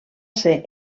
ser